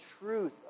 truth